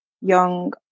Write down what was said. young